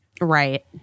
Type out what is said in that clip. right